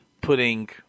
putting